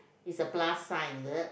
it's a plus sign is it